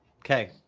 Okay